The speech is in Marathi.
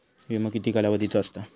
विमो किती कालावधीचो असता?